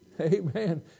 Amen